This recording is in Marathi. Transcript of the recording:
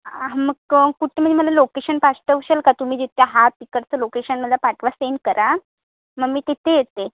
हां मग कुठे म्हणजे मला लोकेशन पाठवशाल का तुम्ही जिथे हा तिकडचं लोकेशन मला पाठवा सेंड करा मग मी तिथे येते